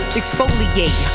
exfoliate